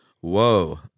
Whoa